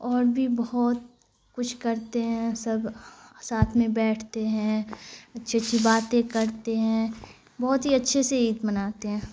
اور بھی بہت کچھ کرتے ہیں سب ساتھ میں بیٹھتے ہیں اچھی اچھی باتیں کرتے ہیں بہت ہی اچھے سے عید مناتے ہیں